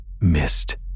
missed